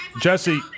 Jesse